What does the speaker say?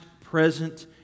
present